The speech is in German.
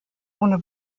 ohne